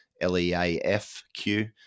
L-E-A-F-Q